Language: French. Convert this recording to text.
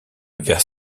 vers